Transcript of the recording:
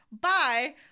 bye